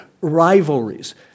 rivalries